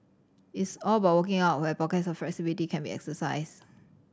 it's all about working out where pockets of flexibility can be exercised